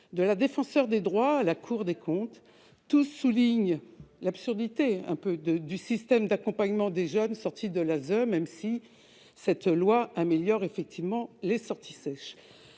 De la Défenseure des droits à la Cour des comptes, tous soulignent l'absurdité du système d'accompagnement des jeunes sortis de l'ASE, même si cette loi l'améliore effectivement concernant les sorties sèches.